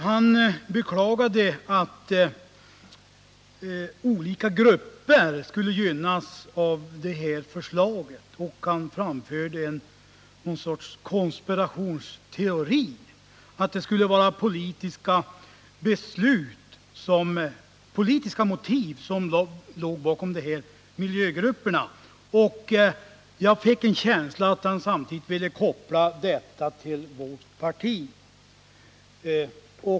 Han beklagade att olika miljögrupper skulle komma att gynnas av det föreliggande förslaget och framförde någon sorts konspirationsteori om att det skulle ligga politiska motiv bakom miljögruppernas agerande. Jag fick en känsla av att han samtidigt ville koppla denna teori till vårt parti.